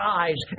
eyes